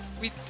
we-